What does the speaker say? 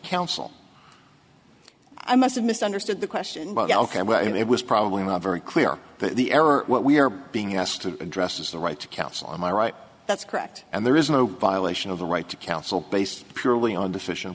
counsel i must have misunderstood the question but it was probably not very clear the air or what we're being asked to address is the right to counsel on my right that's correct and there is no violation of the right to counsel based purely on decision